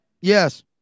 Yes